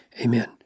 Amen